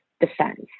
defense